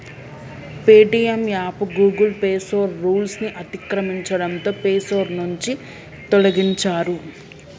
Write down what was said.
Paytm app Google play store rules ని అతిక్రమించడంతో play store నుంచి తొలగించారు